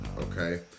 Okay